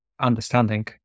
understanding